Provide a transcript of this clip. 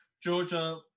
georgia